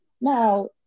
Now